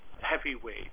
heavyweight